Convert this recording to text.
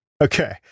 Okay